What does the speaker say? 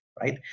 right